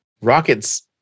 Rocket's